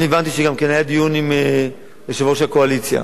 אני הבנתי שגם היה דיון עם יושב-ראש הקואליציה,